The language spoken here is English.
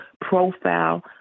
profile